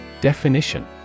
Definition